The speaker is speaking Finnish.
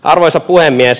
arvoisa puhemies